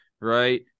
right